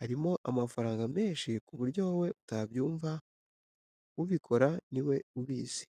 harimo amafaranga menshi ku buryo wowe utabyumva ubikora ni we ubizi.